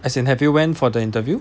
as in have you went for the interview